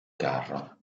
carro